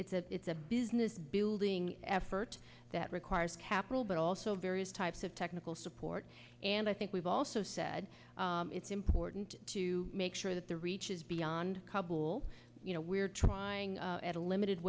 a it's a business building effort that requires capital but also various types of technical support and i think we've also said it's important to make sure that the reaches beyond kabul you know we're trying at a limited